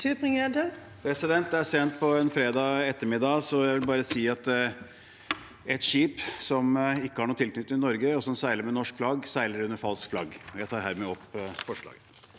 Det er sent på en fredag ettermiddag, så jeg vil bare si at et skip som ikke har noen tilknytning til Norge, og som seiler med norsk flagg, seiler under falskt flagg. Jeg tar hermed opp